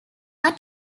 are